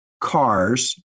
cars